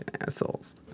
assholes